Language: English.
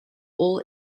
all